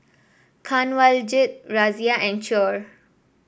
Kanwaljit Razia and Choor